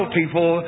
people